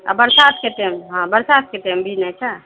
आ बरसातके टाइम हाँ बरसातके टाइम भी नहि छै